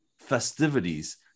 festivities